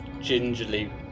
Gingerly